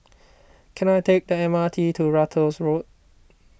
can I take the M R T to Ratus Road